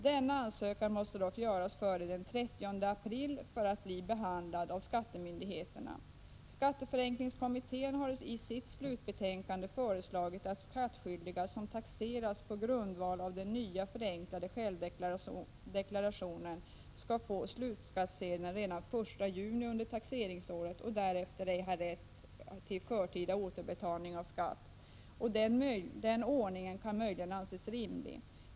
Denna ansökan måste dock göras före den 30 april för att bli behandlad av skattemyndigheterna. Skatteförenklingskommittén har i sitt slutbetänkande föreslagit att skattskyldiga som taxeras på grundval av den nya förenklade självdeklarationen skall få slutskattsedeln redan i juni under taxeringsåret och därför ej ha rätt till förtida återbetalning av skatt. Den ordningen kan möjligen anses rimlig.